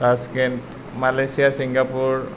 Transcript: Tashkent Malaysia Singapore